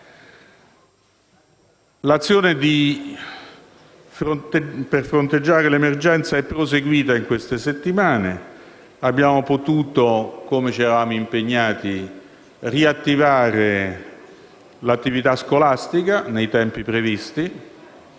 L'azione per fronteggiare l'emergenza è proseguita in queste settimane. Abbiamo potuto, come ci eravamo impegnati a fare, riattivare l'attività scolastica nei tempi previsti